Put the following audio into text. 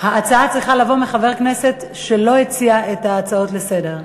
ההצעה צריכה לבוא מחבר כנסת שלא הציע את ההצעה לסדר-היום.